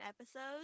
episodes